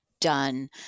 done